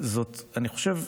חושב